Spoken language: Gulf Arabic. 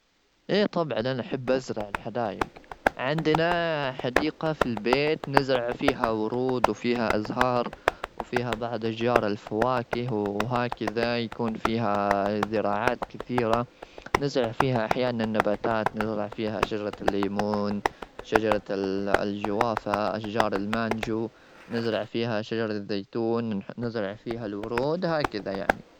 إيه، طبعا، أنا أحب أزرع الحدايج. عندنا حديقة في البيت، نزرع فيها ورود، وفيها أزهار، وفيها بعض أشجار الفواكه. وهكذا يكون فيها زراعات كثيرة. نزرع فيها أحيانا نباتات، نضع فيها شجرة الليمون، شجرة ال-الجوافة، أشجار المانجو، نزرع فيها شجرة الزيتون، نح-نزرع فيها الورود. هكذا يعني.